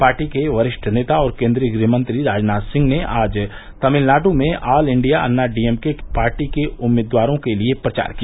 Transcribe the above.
party के वरिष्ठ नेता और केंद्रीय गृहमंत्री राजनाथ सिंह ने आज तमिलनाडु में ऑल इंडिया अन्नाडीएमके पार्टी के उम्मीदवारों के लिए प्रचार किया